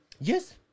Yes